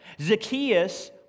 Zacchaeus